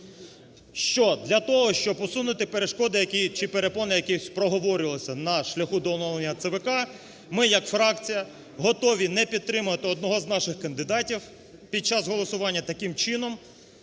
що для того, щоб усунути перешкоди, які… чи перепони, які проговорювалися на шляху до оновлення ЦВК, ми як фракція готові не підтримувати одного з наших кандидатів під час голосування, таким чином